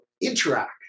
interact